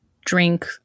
drink